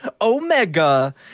Omega